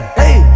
hey